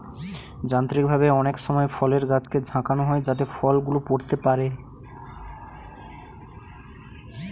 যান্ত্রিকভাবে অনেক সময় ফলের গাছকে ঝাঁকানো হয় যাতে ফল গুলো পড়তে পারে